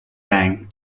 bang